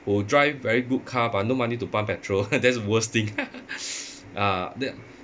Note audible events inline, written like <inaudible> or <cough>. who will drive very good car but no money to pump petrol that's worst thing <laughs> ah that